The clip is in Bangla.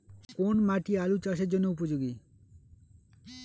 কোন মাটি আলু চাষের জন্যে উপযোগী?